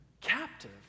captive